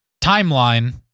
timeline